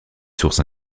sources